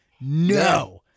no